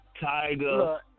Tiger